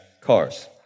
cars